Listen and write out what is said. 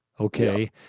Okay